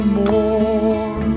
more